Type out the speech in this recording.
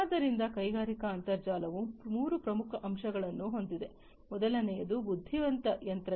ಆದ್ದರಿಂದ ಕೈಗಾರಿಕಾ ಅಂತರ್ಜಾಲವು ಮೂರು ಪ್ರಮುಖ ಅಂಶಗಳನ್ನು ಹೊಂದಿದೆ ಮೊದಲನೆಯದು ಬುದ್ಧಿವಂತ ಯಂತ್ರಗಳು